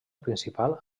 principal